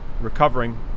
recovering